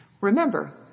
Remember